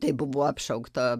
tai buvo apšaukta